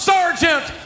Sergeant